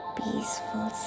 peaceful